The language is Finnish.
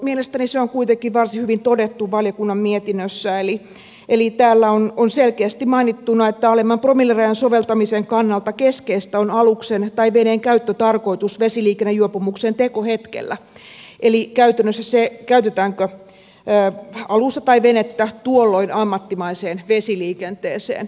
mielestäni se on kuitenkin varsin hyvin todettu valiokunnan mietinnössä eli siinä on selkeästi mainittuna että alemman promillerajan soveltamisen kannalta keskeistä on aluksen tai veneen käyttötarkoitus vesiliikennejuopumuksen tekohetkellä eli käytännössä se käytetäänkö alusta tai venettä tuolloin ammattimaiseen vesiliikenteeseen